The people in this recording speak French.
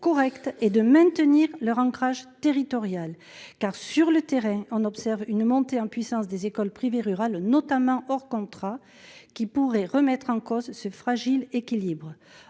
correctes et de maintenir leur ancrage territorial. Car sur le terrain on observe une montée en puissance des écoles privées rurales notamment hors contrat qui pourrait remettre en cause ce fragile équilibre.